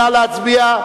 נא להצביע,